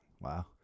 Wow